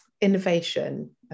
innovation